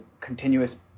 continuous